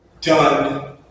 done